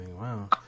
Wow